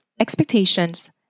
expectations